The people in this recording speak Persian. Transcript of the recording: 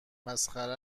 مسخره